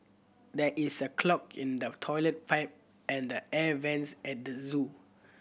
there is a clog in the toilet pipe and the air vents at the zoo